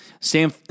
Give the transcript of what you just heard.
Sam